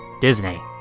Disney